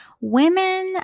women